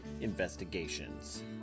Investigations